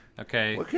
okay